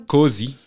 Cozy